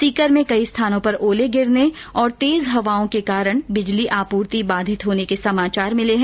सीकर में कई स्थानों पर ओले गिरने तथा तेज हवाओं के कारण बिजली आपूर्ति बाधित होने के भी समाचार मिले है